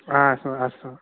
हा अस्तु अस्तु